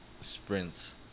sprints